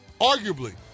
arguably